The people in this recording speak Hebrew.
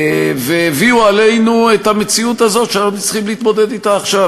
והביאו עלינו את המציאות הזאת שאנחנו צריכים להתמודד אתה עכשיו,